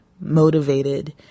motivated